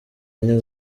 enye